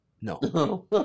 No